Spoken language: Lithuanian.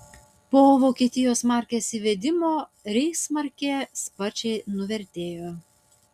po vokietijos markės įvedimo reichsmarkė sparčiai nuvertėjo